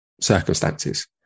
circumstances